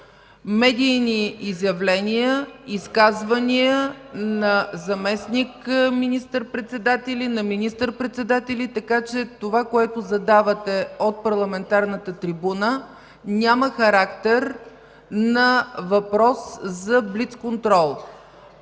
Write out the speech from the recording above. медийни изявления, изказвания на заместник министър-председатели и министър-председатели, така че това, което задавате от парламентарната трибуна, няма характер на въпрос за блицконтрол.